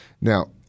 Now